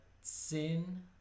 Sin